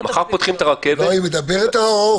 היא מדברת על ההוראות.